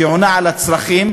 שעונה על הצרכים,